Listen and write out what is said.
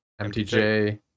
MTJ